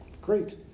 Great